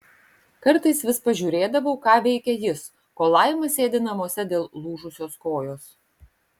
kartais vis pažiūrėdavau ką veikia jis kol laima sėdi namuose dėl lūžusios kojos